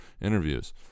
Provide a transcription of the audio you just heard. interviews